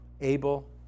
Abel